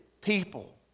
people